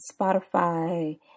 Spotify